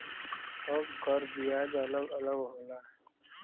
सब कर बियाज अलग अलग होला